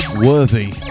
worthy